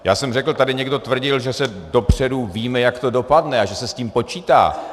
Já jsem řekl, tady někdo tvrdil, že se dopředu ví, jak to dopadne, a že se s tím počítá.